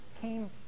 came